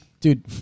Dude